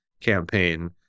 campaign